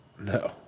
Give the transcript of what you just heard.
No